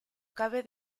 cabe